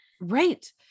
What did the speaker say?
right